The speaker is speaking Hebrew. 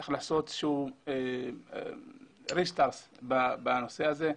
צריך לעשות חשיבה מחודשת בנושא הזה.